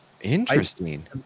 Interesting